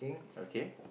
okay